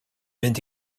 mynd